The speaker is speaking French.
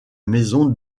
maison